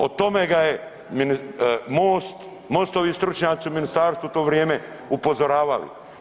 O tome ga je MOST, MOST-ovi stručnjaci u ministarstvu u to vrijeme upozoravali.